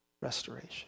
restoration